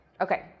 Okay